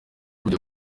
kujya